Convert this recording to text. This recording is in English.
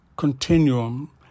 Continuum